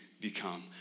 become